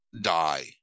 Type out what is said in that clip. Die